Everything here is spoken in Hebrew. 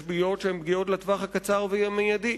ויש פגיעות שהן לטווח הקצר והמיידי.